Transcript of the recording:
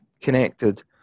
connected